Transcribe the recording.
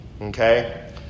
Okay